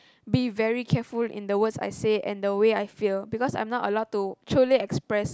be very careful with the word I say and the way I feel because I'm not allowed to truly express